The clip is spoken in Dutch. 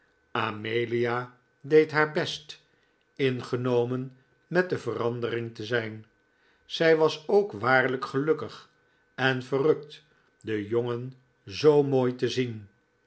amelia deed haar best ingenomen met de verandering te zijn zij was ook waarlijk gelukkig en verrukt den jongen zoo mooi te zien